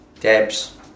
Debs